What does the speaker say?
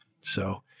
So-